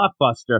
Blockbuster